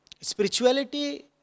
spirituality